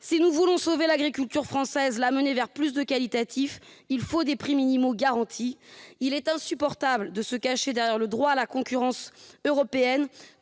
Si nous voulons sauver l'agriculture française, l'amener vers plus de qualitatif, il faut des prix minimaux garantis. Il est insupportable de se cacher derrière le droit à la concurrence européen